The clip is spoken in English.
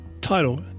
Title